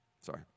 sorry